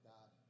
God